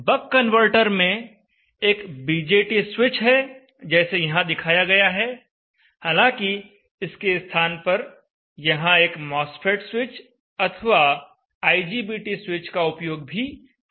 बक converter में एक BJT switch है जैसे यहां दिखाया गया है हालांकि इसके स्थान पर यहां एक मॉसफेट स्विच अथवा आईजीबीटी स्विच का उपयोग भी किया जा सकता है